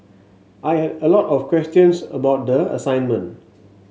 I had a lot of questions about the assignment